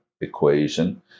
equation